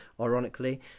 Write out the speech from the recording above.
ironically